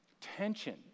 tension